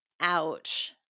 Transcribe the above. ouch